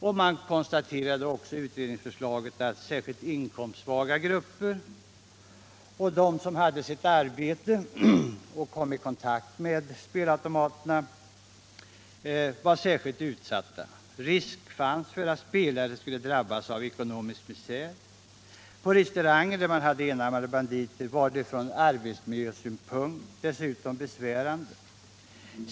Utredningen konstaterade också att inkomstsvaga grupper och de som i sitt arbete kom i kontakt med spelautomaterna var särskilt utsatta. Risk fanns för att spelare skulle drabbas av ekonomisk misär. På restauranger där man har enarmade banditer är detta från arbetsmiljösynpunkt dessutom besvärande.